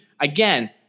again